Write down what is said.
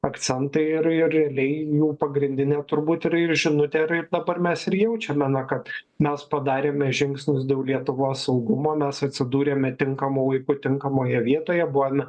akcentai ir ir realiai jų pagrindinė turbūt ir ir žinutė dabar mes ir jaučiame na kad mes padarėme žingsnius dėl lietuvos saugumo mes atsidūrėme tinkamu laiku tinkamoje vietoje buvome